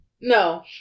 No